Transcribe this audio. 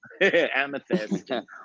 Amethyst